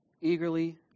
eagerly